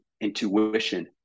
intuition